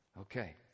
Okay